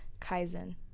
Kaizen